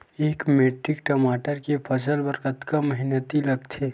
एक मैट्रिक टमाटर के फसल बर कतका मेहनती लगथे?